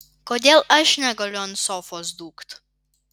kodėl aš negaliu ant sofos dūkt